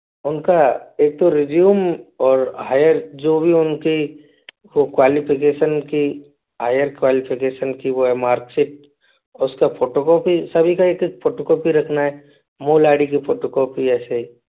उनका एक तो रिज्यूम और हायर जो भी उनकी हो क्वालिफिकेशन की हायर क्वालिफिकेशन की वो है मार्कशीट उसका फोटोकॉपी सभी का एक फोटोकॉपी रखना है मूल आई डी की फोटोकॉपी ऐसे